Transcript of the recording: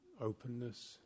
openness